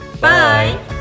Bye